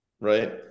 Right